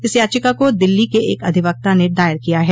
इस याचिका को दिल्ली के एक अधिवक्ता ने दायर किया है